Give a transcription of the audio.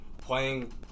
playing